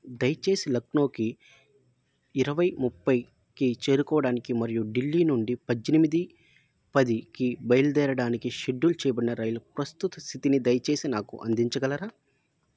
దయచేసి లక్నోకి ఇరవై ముప్పైకి చేరుకోవడానికి మరియు ఢిల్లీ నుండి పద్దెనిమిది పదికి బయలుదేరడానికి షెడ్యూల్ చేయబడిన రైలు ప్రస్తుత సితిని దయచేసి నాకు అందించగలరా